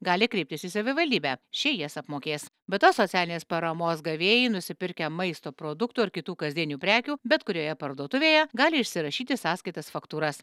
gali kreiptis į savivaldybę ši jas apmokės be to socialinės paramos gavėjai nusipirkę maisto produktų ar kitų kasdienių prekių bet kurioje parduotuvėje gali išsirašyti sąskaitas faktūras